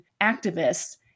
activists